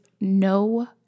no